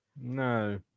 No